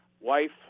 wife